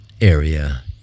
area